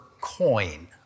coin